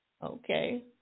Okay